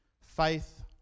faith